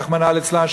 רחמנא ליצלן,